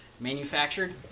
manufactured